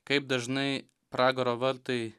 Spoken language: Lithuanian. kaip dažnai pragaro vartai